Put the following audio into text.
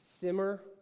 simmer